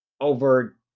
over